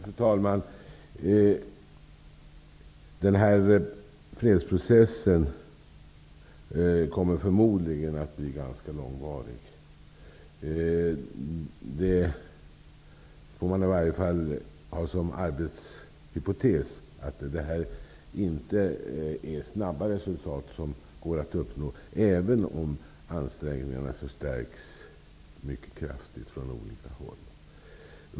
Fru talman! Fredsprocessen kommer förmodligen att bli långvarig. Man får i varje fall ha som arbetshypotes att det inte går att uppnå snabba resultat, även om ansträngningarna förstärks mycket kraftigt från olika håll.